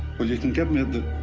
well, you can get me at the